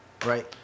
Right